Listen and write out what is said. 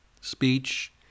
speech